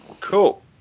Cool